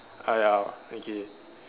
ah ya okay